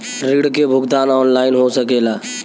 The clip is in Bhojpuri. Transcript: ऋण के भुगतान ऑनलाइन हो सकेला?